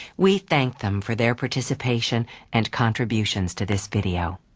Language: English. we thank them for their participation and contributions to this video.